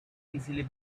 easily